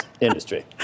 industry